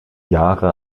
jahre